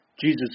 Jesus